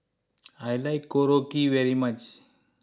I like Korokke very much